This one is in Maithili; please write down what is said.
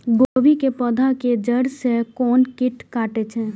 गोभी के पोधा के जड़ से कोन कीट कटे छे?